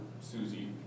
Susie